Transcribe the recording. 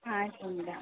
ಆಯಿತು ಮೇಡಮ್